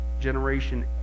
generation